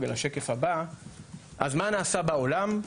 בשקף הבא אנחנו רואים מה נעשה בעולם.